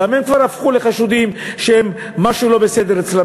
גם הם כבר הפכו לחשודים שמשהו לא בסדר אצלם,